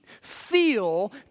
feel